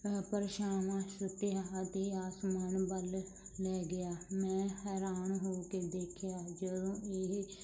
ਪਰਛਾਵਾਂ ਸੁੱਟਿਆ ਅਤੇ ਅਸਮਾਨ ਵੱਲ ਲੈ ਗਿਆ ਮੈਂ ਹੈਰਾਨ ਹੋ ਕੇ ਦੇਖਿਆ ਜਦੋਂ ਇਹ